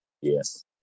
Yes